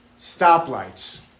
stoplights